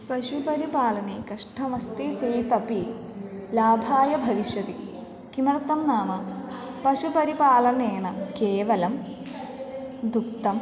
पशुपरिपालने कष्टमस्ति चेदपि लाभाय भविष्यति किमर्थं नाम पशुपरिपालनेन केवलं दुग्धं